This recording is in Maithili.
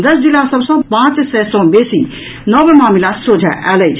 दस जिला सभ सॅ पांच सय सॅ बेसी नव मामिला सोझा आयल अछि